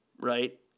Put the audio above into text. right